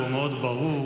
והוא מאוד ברור,